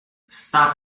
stop